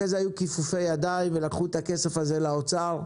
אחרי זה היו כיפופי ידיים ולקחו את הכסף הזה לאוצר,